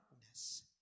darkness